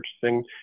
purchasing